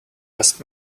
best